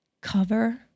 Cover